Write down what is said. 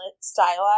stylized